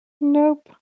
Nope